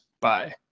Bye